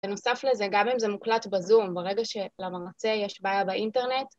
ונוסף לזה, גם אם זה מוקלט בזום, ברגע שלמרצה יש בעיה באינטרנט,